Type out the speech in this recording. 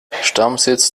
stammsitz